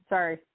Sorry